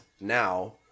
now